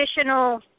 additional